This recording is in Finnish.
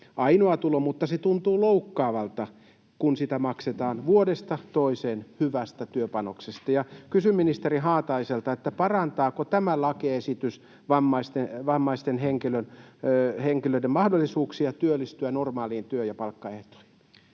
ainoa tulo, mutta se tuntuu loukkaavalta, kun sitä maksetaan vuodesta toiseen hyvästä työpanoksesta. Kysyn ministeri Haataiselta: parantaako tämä lakiesitys vammaisten henkilöiden mahdollisuuksia työllistyä normaalein työ- ja palkkaehdoin?